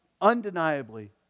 undeniably